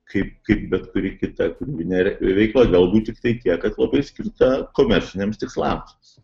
kaip kaip bet kuri kita kūrybinė veikla galbūt tiktai tiek kad labai skirta komerciniams tikslams